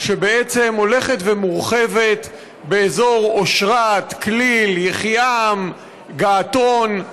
שהולכת ומורחבת באזור אשרת, כליל, יחיעם, געתון.